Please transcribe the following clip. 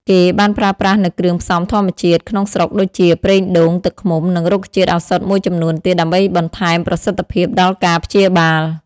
គេបានប្រើប្រាស់នូវគ្រឿងផ្សំធម្មជាតិក្នុងស្រុកដូចជា ប្រេងដូង ទឹកឃ្មុំ និងរុក្ខជាតិឱសថមួយចំនួនទៀតដើម្បីបន្ថែមប្រសិទ្ធភាពដល់ការព្យាបាល។